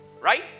right